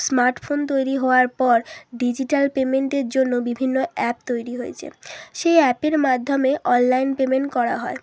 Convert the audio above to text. smartphone তৈরি হওয়ার পর ডিজিটাল পেমেন্টের জন্য বিভিন্ন অ্যাপ তৈরি হয়েছে সেই অ্যাপের মাধ্যমে অনলাইন পেমেন্ট করা হয়